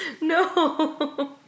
No